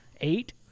eight